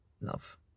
love